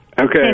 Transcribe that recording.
Okay